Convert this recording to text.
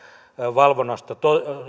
valvonnasta